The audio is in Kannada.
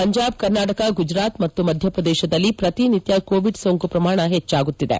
ಪಂಜಾಬ್ ಕರ್ನಾಟಕ ಗುಜರಾತ್ ಮತ್ತು ಮಧ್ಯಪ್ರದೇಶದಲ್ಲಿ ಪ್ರತಿನಿತ್ಯ ಕೋವಿಡ್ ಸೋಂಕು ಪ್ರಮಾಣ ಹೆಚ್ಚಾಗುತ್ತಿದೆ